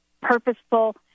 purposeful